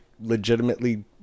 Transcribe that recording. legitimately